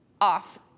off